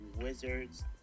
Wizards